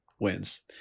wins